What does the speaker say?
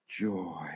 joy